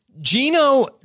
Gino